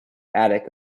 attic